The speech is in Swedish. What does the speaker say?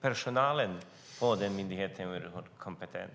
personalen på denna myndighet är oerhört kompetent.